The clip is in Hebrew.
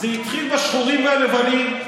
זה התחיל בשחורים ובלבנים,